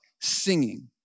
singing